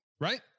right